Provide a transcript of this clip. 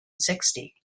sixty